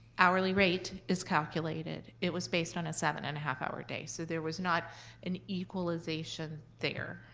hourly rate is calculated, it was based on a seven and a half hour day. so there was not an equalization there.